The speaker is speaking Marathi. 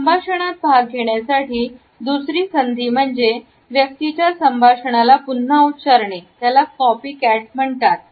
संभाषणात भाग घेण्यासाठी दुसरी संधी म्हणजे त्या व्यक्तीच्या संभाषणाला पुन्हा उच्चारणे याला कॉपीकॅट म्हणतात